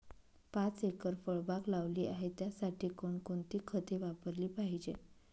पाच एकर फळबाग लावली आहे, त्यासाठी कोणकोणती खते वापरली पाहिजे?